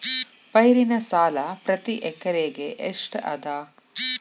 ಪೈರಿನ ಸಾಲಾ ಪ್ರತಿ ಎಕರೆಗೆ ಎಷ್ಟ ಅದ?